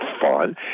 fun